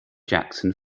jackson